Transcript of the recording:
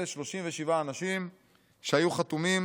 אלה 37 אנשים שהיו חתומים